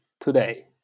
today